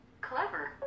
Clever